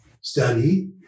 study